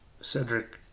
Cedric